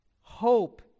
Hope